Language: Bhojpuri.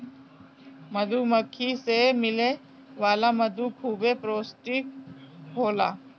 मधुमक्खी से मिले वाला मधु खूबे पौष्टिक होला